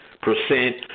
percent